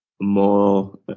more